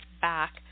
back